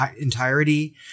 entirety